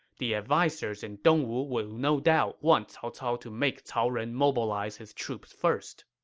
the advisers in dongwu will no doubt want cao cao to make cao ren mobilize his troops first.